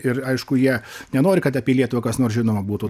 ir aišku jie nenori kad apie lietuvą kas nors žinoma būtų